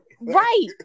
Right